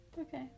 okay